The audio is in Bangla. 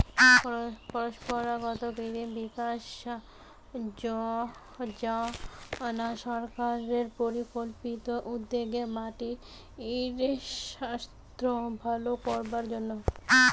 পরম্পরাগত কৃষি বিকাশ যজনা সরকারের পরিকল্পিত উদ্যোগ মাটির সাস্থ ভালো করবার জন্যে